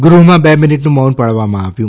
ગૃહમાં બે મિનીટનું મૌન પાળવામાં આવ્યું